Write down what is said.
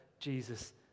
Jesus